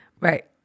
Right